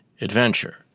adventure